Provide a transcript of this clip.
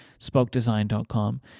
spokedesign.com